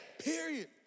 Period